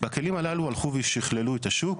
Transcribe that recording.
והכלים הללו הלכו ושכללו את השוק.